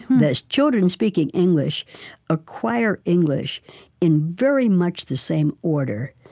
that is, children speaking english acquire english in very much the same order,